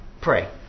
pray